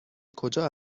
کجا